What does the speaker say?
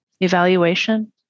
evaluation